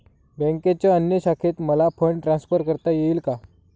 बँकेच्या अन्य शाखेत मला फंड ट्रान्सफर करता येईल का?